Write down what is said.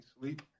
sleep